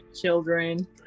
children